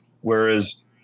Whereas